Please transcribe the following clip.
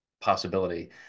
possibility